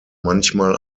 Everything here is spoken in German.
manchmal